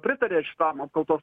pritarė šitam apkaltos